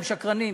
הם שקרנים.